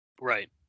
Right